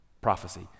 Prophecy